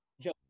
Joe